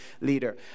leader